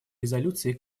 резолюции